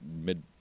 mid